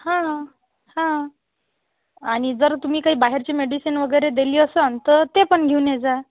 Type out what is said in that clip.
हां हां हां आणि जर तुम्ही काही बाहेरची मेडिसिन वगैरे दिली असंल तर ते पण घेऊन ये जा